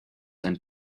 and